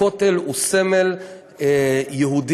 הכותל הוא סמל יהודי,